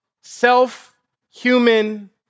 self-human